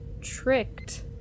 tricked